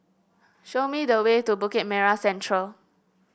show me the way to Bukit Merah Central